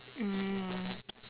mm